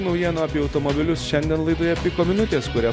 naujienų apie automobilius šiandien laidoje piko minutės kurią